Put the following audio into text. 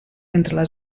entre